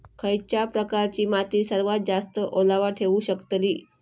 खयच्या प्रकारची माती सर्वात जास्त ओलावा ठेवू शकतली?